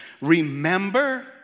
Remember